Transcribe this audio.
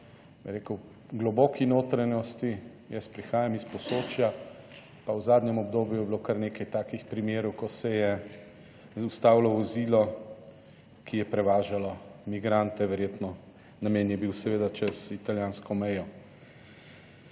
rekel, globoki notranjosti. Jaz prihajam iz Posočja, pa v zadnjem obdobju je bilo kar nekaj takih primerov, ko se je ustavilo vozilo, ki je prevažalo migrante, verjetno namen je bil seveda čez italijansko mejo.